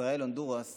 ישראל-הונדורס